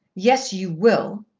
yes, you will.